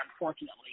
unfortunately